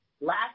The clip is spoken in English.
Last